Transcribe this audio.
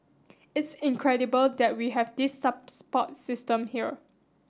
it's incredible that we have this support system here